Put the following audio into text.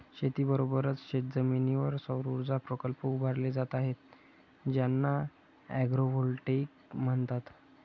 शेतीबरोबरच शेतजमिनीवर सौरऊर्जा प्रकल्प उभारले जात आहेत ज्यांना ॲग्रोव्होल्टेईक म्हणतात